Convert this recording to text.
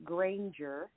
Granger